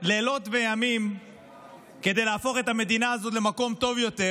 לילות וימים כדי להפוך את המדינה הזאת למקום טוב יותר,